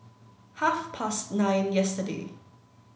half past nine yesterday